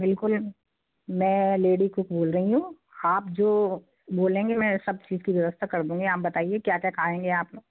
बिल्कुल मैं lady cook बोल रही हूँ आप जो बोलेंगे मैं सब चीज़ की व्यवस्था कर दूँगी आप बताइए क्या क्या खाएंगे आप